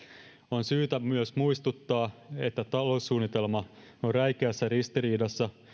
on syytä myös muistuttaa että taloussuunnitelma on räikeässä ristiriidassa